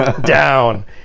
Down